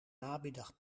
namiddag